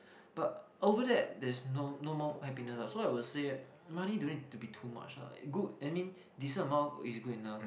but over that there's no no more happiness ah so I would say um money don't need to be too much ah it good I mean decent amount is good enough